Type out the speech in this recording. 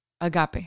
agape